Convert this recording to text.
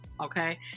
Okay